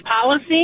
policy